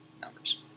numbers